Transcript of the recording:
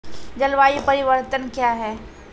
जलवायु परिवर्तन कया हैं?